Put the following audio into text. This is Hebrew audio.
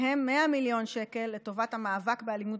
מהם 100 מיליון שקל לטובת המאבק באלימות